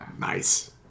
Nice